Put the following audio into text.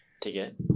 ticket